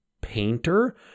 painter